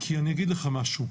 כי אני אגיד לך משהו,